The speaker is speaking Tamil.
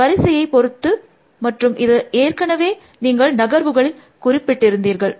இது வரிசையை பொறுத்தது மற்றும் இதை ஏற்கெனவே நீங்கள் நகர்வுகளில் குறிப்பிட்டிருந்தீர்கள்